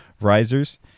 risers